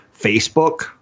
Facebook